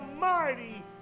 mighty